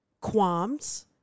qualms